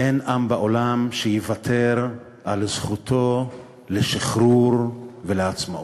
אין עם בעולם שיוותר על זכותו לשחרור ולעצמאות.